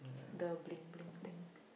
the bling bling thing